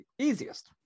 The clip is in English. Easiest